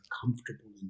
comfortable